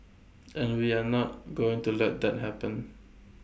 and we are not going to let that happen